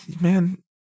Man